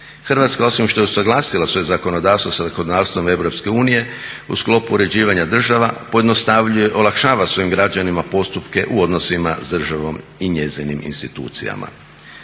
Hrvatska osim što je usuglasila svoje zakonodavstvo sa zakonodavstvom EU u sklopu uređivanja država pojednostavljuje, olakšava svojim građanima postupke u odnosima sa državom i njezinim institucijama.